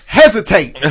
hesitate